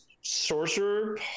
sorcerer